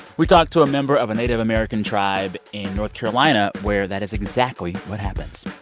we talk to a member of a native american tribe in north carolina where that is exactly what happens.